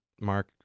Mark